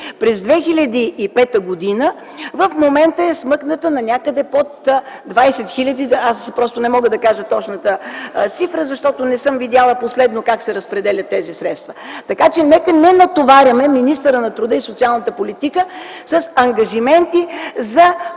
през 2005 г. в момента са някъде под 20 хил. Аз просто не мога да кажа точната цифра, защото не съм видяла последно как се разпределят тези средства. Така че нека не натоварваме министъра на труда и социалната политика с ангажименти за временни,